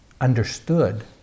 understood